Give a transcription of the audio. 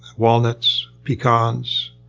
walnuts, pecans,